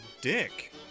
dick